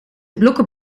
blokken